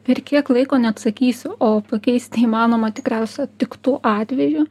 per kiek laiko neatsakysiu o pakeisti įmanoma tikriausiai tik tuo atveju